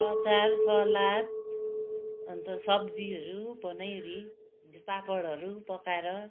अचार सलाद अन्त सब्जीहरू बनाइवरी पापडहरू पकाएर